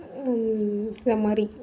மாதிரி